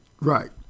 Right